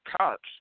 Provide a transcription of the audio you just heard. cops